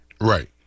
Right